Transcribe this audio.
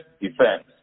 defense